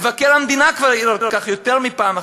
מבקר המדינה כבר העיר על כך יותר מפעם אחת.